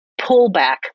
pullback